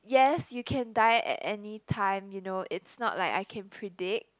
yes you can die at any time you know it's not like I can predict